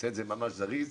שלום לכולם.